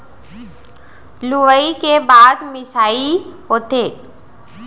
लुवई के बाद मिंसाई होथे